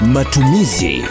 Matumizi